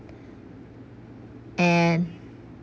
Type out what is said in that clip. and